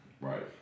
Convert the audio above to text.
right